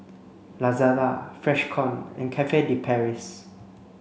Lazada Freshkon and Cafe de Paris